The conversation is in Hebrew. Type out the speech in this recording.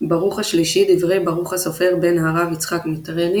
ברוך השלישי – דברי ברוך הסופר בן הרב יצחק מיטראני